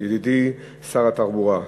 ידידי שר התחבורה,